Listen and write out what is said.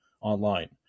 online